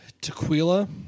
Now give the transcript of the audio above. tequila